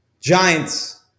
Giants